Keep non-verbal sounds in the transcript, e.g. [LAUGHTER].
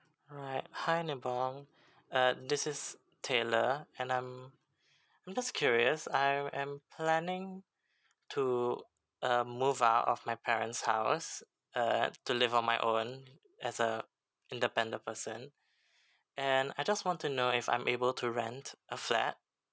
right hi nibong [BREATH] uh this is taylor and I'm I'm just curious I am planning to uh move out of my parents house uh to live on my own as a independent person and I just want to know if I'm able to rent a flat